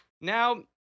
now –